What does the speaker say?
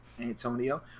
Antonio